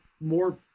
more